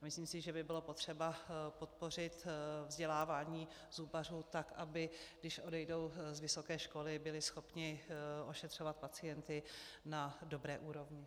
Myslím, že by bylo potřeba podpořit vzdělávání zubařů tak, aby když odejdou z vysoké školy, byli schopni ošetřovat pacienty na dobré úrovni.